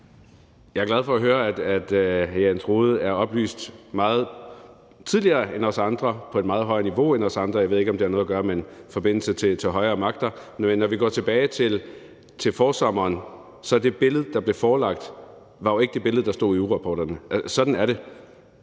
Jeg er glad for at høre, at hr. Jens Rohde er oplyst meget tidligere end os andre, på et meget højere niveau end os andre. Jeg ved ikke, om det har noget at gøre med en forbindelse til højere magter. Men når vi går tilbage til forsommeren, var det billede, der blev forelagt, jo ikke det billede, der stod i ugerapporterne. Sådan er det.